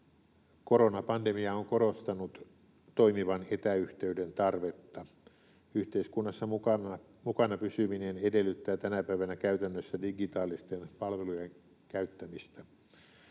Koronapandemia on korostanut toimivan etäyhteyden tarvetta. Yhteiskunnassa mukana pysyminen edellyttää tänä päivänä käytännössä digitaalisten palvelujen käyttämistä.